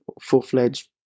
full-fledged